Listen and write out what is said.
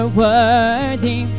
worthy